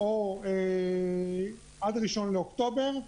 או עד ה-1 באוקטובר,